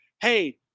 hey